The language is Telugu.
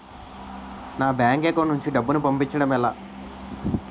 నా బ్యాంక్ అకౌంట్ నుంచి డబ్బును పంపించడం ఎలా?